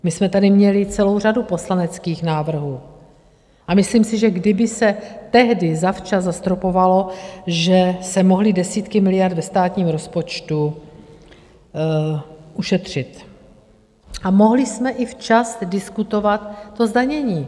My jsme tady měli celou řadu poslaneckých návrhů a myslím si, že kdyby se tehdy zavčas zastropovalo, že jste mohli desítky miliard ve státním rozpočtu ušetřit a mohli jsme i včas diskutovat to zdanění.